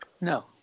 no